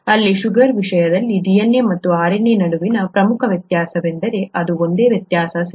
ಇಲ್ಲಿ ಶುಗರ್ನ ವಿಷಯದಲ್ಲಿ DNA ಮತ್ತು RNA ನಡುವಿನ ಪ್ರಮುಖ ವ್ಯತ್ಯಾಸವೆಂದರೆ ಅದು ಒಂದೇ ವ್ಯತ್ಯಾಸ ಸರಿ